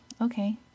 okay